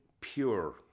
pure